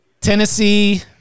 Tennessee